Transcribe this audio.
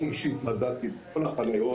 אני אישית מדדתי את כל החניות